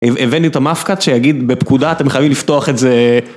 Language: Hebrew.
הבאנו את המפקד שיגיד בפקודה אתם חייבים לפתוח את זה